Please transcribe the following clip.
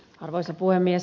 arvoisa puhemies